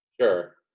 sure